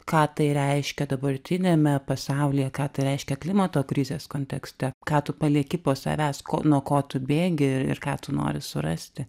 ką tai reiškia dabartiniame pasaulyje ką tai reiškia klimato krizės kontekste ką tu palieki po savęs ko nuo ko tu bėgi ir ką tu nori surasti